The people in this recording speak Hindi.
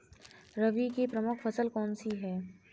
रबी की प्रमुख फसल कौन सी है?